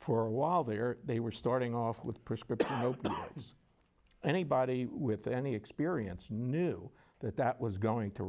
for a while there they were starting off with prescription drugs anybody with any experience knew that that was going to